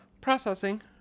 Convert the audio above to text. Processing